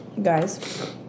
Guys